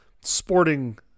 sporting